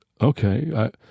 okay